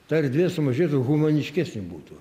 ta erdvė sumažėtų humaniškesnė būtų